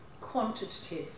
quantitative